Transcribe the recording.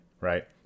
right